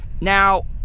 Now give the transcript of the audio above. Now